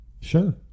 Sure